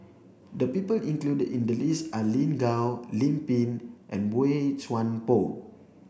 the people included in the list are Lin Gao Lim Pin and Boey Chuan Poh